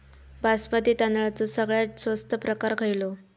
बासमती तांदळाचो सगळ्यात स्वस्त प्रकार खयलो?